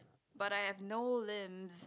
but I have no limbs